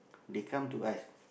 they come to us